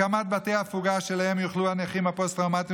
הקמת בתי הפוגה שאליהם יוכלו הנכים הפוסט-טראומטיים